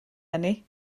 eni